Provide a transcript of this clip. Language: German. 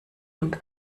und